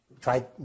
tried